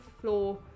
floor